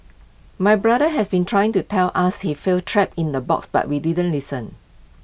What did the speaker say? my brother has been trying to tell us he feels trapped in A box but we didn't listen